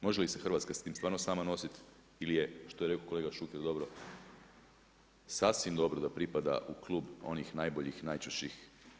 Može li se Hrvatska s tim stvarno sama nositi ili je što je rekao kolega Šuker dobro, sasvim dobro da pripada u klub onih najboljih, najčvršćih.